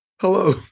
Hello